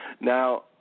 Now –